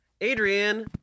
Adrian